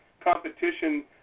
competition